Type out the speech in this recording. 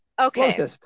Okay